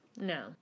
No